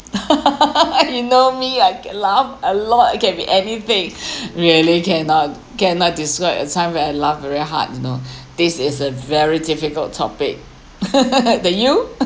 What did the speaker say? you know me I can laugh a lot it can be anything really cannot cannot describe the time when I laugh very hard you know this is a very difficult topic and you